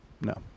no